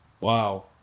Wow